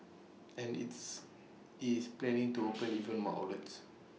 and its IT is planning to open even more outlets